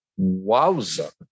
Wowza